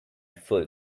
full